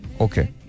Okay